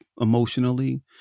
emotionally